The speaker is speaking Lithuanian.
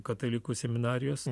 katalikų seminarijos